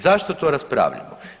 Zašto to raspravljamo?